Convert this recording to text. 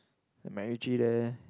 the MacRitchie there